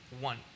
one